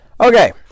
Okay